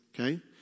Okay